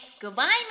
Goodbye